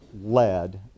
led